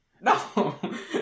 No